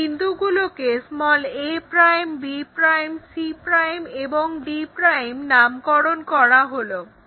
এই বিন্দুগুলোকে a' b' c' এবং d' নামকরণ করা হলো